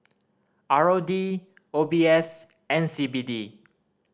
R O D O B S and C B D